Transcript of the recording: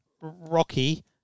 Rocky